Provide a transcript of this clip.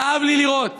כאב לי לראות